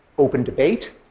open debate,